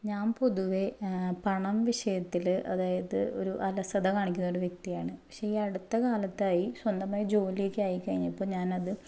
ഞാൻ പൊതുവെ പണം വിഷയത്തിൽ അതായത് ഒരു അലസത കാണിക്കുന്നൊരു വ്യക്തിയാണ് പക്ഷേ ഈ അടുത്ത കാലത്തായി സ്വന്തമായി ജോലിയൊക്കെ ആയിക്കഴിഞ്ഞപ്പോൾ ഞാനത്